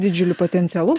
didžiuliu potencialu